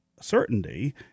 certainty